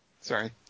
Sorry